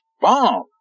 bomb